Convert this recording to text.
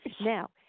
Now